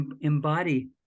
embody